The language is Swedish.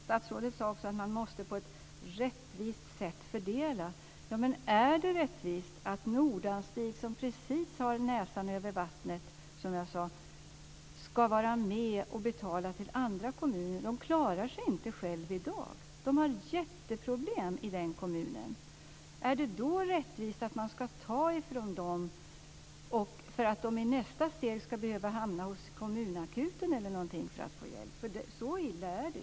Statsrådet sade också att man måste fördela på ett rättvist sätt. Men är det rättvist att Nordanstig, som precis har näsan över vattnet, ska vara med och betala till andra kommuner? De klarar sig inte själv i dag. De har jätteproblem i den kommunen. Är det då rättvist att man ska ta ifrån dem, för att de i nästa steg ska behöva hamna hos kommunakuten för att få hjälp? Så illa är det.